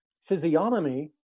physiognomy